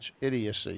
idiocy